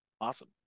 Awesome